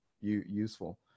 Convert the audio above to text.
useful